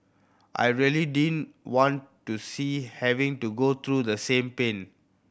I really didn't want to see having to go through the same pain